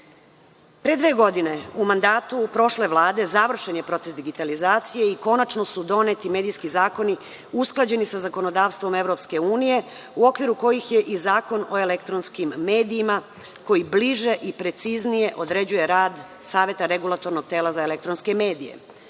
dve godine, u mandatu prošle Vlade, završen je proces digitalizacije i konačno su doneti medijski zakoni usklađeni sa zakonodavstvom Evropske unije u okviru kojih je i Zakon o elektronskim medijima, koji bliže i preciznije određuje rad Saveta regulatornog tela za elektronske medije.